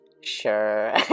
sure